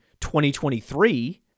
2023